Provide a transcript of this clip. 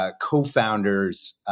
co-founder's